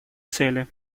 цели